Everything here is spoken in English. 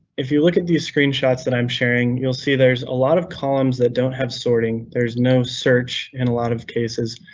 if you look at these screenshots that i'm sharing, you'll see there's a lot of columns that don't have sorting. there's no search in a lot of cases.